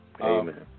Amen